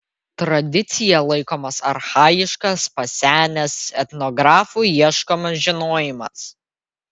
tradicija laikomas archajiškas pasenęs etnografų ieškomas žinojimas